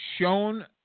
shown